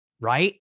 right